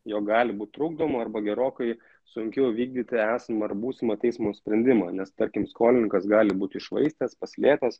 jog gali būt trukdoma arba gerokai sunkiau įvykdyti esamą ar būsimą teismo sprendimą nes tarkim skolininkas gali būt iššvaistęs paslėpęs